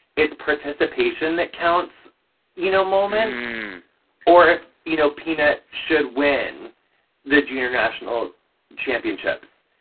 it's participation that counts you know? moments or if, you know, peanut should win the junior national championships.